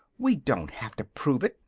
we don't have to prove it,